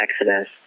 Exodus